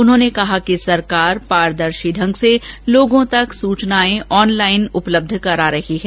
उन्होंने कहा कि सरकार पारदर्शी ढंग से लोगों तक सूचनाएं अह्नलाइन उपलब्ध करा रही है